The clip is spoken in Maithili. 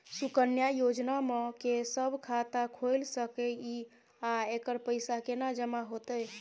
सुकन्या योजना म के सब खाता खोइल सके इ आ एकर पैसा केना जमा होतै?